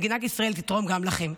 מדינת ישראל תתרום גם לכם.